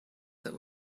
that